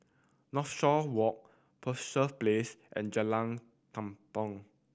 Northshore Walk Penshurst Place and Jalan Tampang